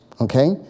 Okay